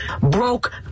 broke